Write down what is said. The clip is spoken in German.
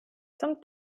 zum